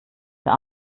der